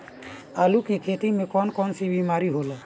आलू की खेती में कौन कौन सी बीमारी होला?